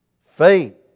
faith